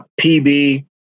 PB